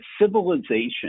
civilization